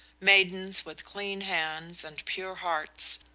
maidens with clean hands and pure hearts,